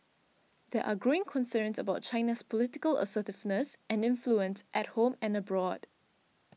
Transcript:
there are growing concerns about China's political assertiveness and influence at home and abroad